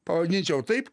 pavadinčiau taip